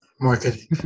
Marketing